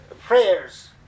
prayers